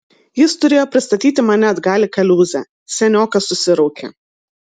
jis turėjo pristatyti mane atgal į kaliūzę seniokas susiraukė